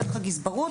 דרך הגזברות.